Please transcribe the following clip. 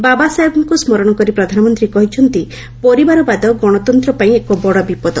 ବାବାସାହେବଙ୍କୁ ସ୍କରଣ କରି ପ୍ରଧାନମନ୍ତ୍ରୀ କହିଛନ୍ତି ପରିବାରବାଦ ଗଣତନ୍ତ ପାଇଁ ଏକ ବଡ ବିପଦ